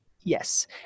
Yes